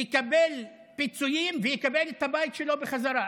יקבל פיצויים ויקבל את הבית שלו בחזרה,